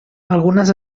algunes